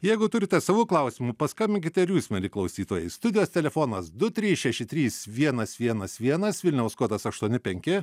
jeigu turite savų klausimų paskambinkite ar jūs mieli klausytojai studijos telefonas du trys šeši trys vienas vienas vienas vilniaus kodas aštuoni penki